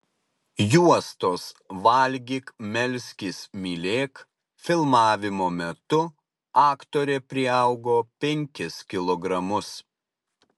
juostos valgyk melskis mylėk filmavimo metu aktorė priaugo penkis kilogramus